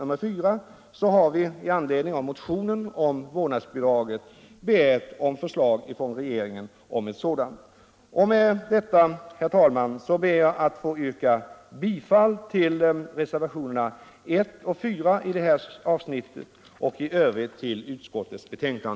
Med detta, herr talman, ber jag att få yrka bifall till reservationerna 1 och 4 och i övrigt till utskottets hemställan.